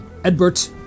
Edbert